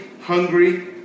hungry